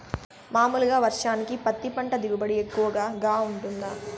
మామూలుగా వర్షానికి పత్తి పంట దిగుబడి ఎక్కువగా గా వుంటుందా?